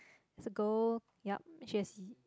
is a girl yup Jessie